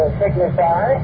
signify